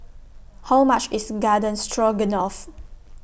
How much IS Garden Stroganoff